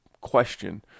question